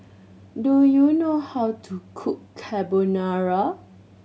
do you know how to cook Carbonara